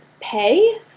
pay